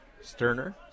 Sterner